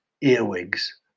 earwigs